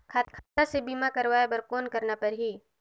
खाता से बीमा करवाय बर कौन करना परही?